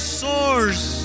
source।